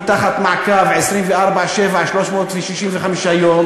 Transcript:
התנועה האסלאמית היא תחת מעקב 24/7, 365 יום.